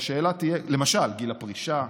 למשל גיל הפרישה,